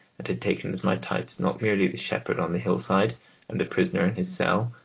and had taken as my types not merely the shepherd on the hillside and the prisoner in his cell,